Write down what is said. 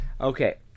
Okay